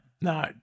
no